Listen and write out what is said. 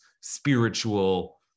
spiritual